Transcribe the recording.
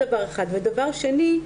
דבר שני,